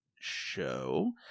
show